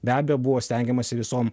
be abejo buvo stengiamasi visom